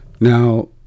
now